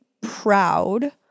proud